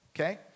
Okay